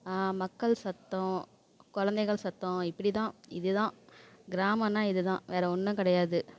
மக்கள் சத்தம் குழந்தைகள் சத்தம் இப்படி தான் இதுதான் கிராமன்னா இது தான் வேறே ஒன்றும் கிடையாது